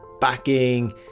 backing